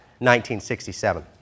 1967